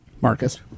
Marcus